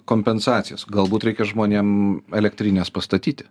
kompensacijas galbūt reikia žmonėm elektrines pastatyti